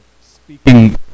speaking